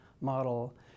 model